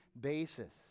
basis